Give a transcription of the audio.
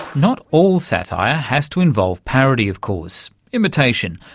not all satire has to involve parody, of course, imitation.